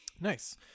Nice